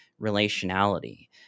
relationality